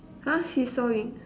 !huh! he's sawing